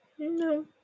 No